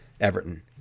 Everton